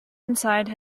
inside